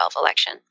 election